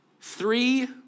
three